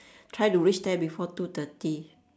try to reach there before two thirty